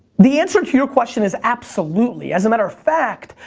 the answer to your question is absolutely. as a matter of fact,